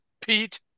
pete